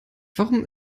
warum